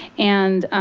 and